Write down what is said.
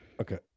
Okay